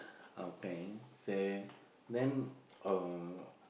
okay so then uh